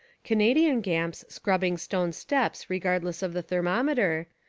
canadian gamps scrub bing stone steps regardless of the thermometer,